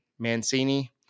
Mancini